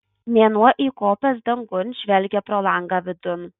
mėnuo įkopęs dangun žvelgia pro langą vidun